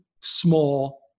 small